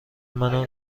منو